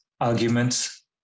arguments